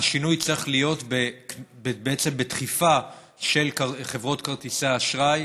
השינוי צריך להיות בעצם דחיפה של חברות כרטיסי האשראי